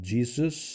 Jesus